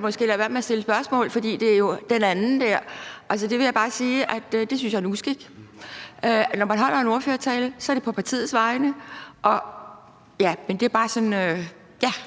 måske skal lade være med at stille spørgsmål, fordi det jo er den anden dér. Altså, jeg vil bare sige, at det synes jeg er en uskik. Når man holder en ordførertale, er det på partiets vegne. Det var bare lige det, jeg